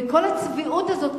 וכל הצביעות הזאת,